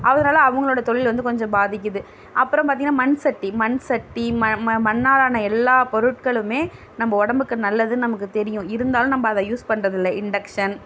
அதனால அவங்களோட தொழில் வந்து கொஞ்சம் பாதிக்குது அப்புறம் பார்த்திங்கன்னா மண் சட்டி மண் சட்டி ம ம மண்ணால் ஆன எல்லா பொருட்களுமே நம்ப உடம்புக்கு நல்லதுன்னு நமக்கு தெரியும் இருந்தாலும் நம்ப அதை யூஸ் பண்றதுல்லை இண்டக்ஷன்